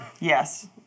Yes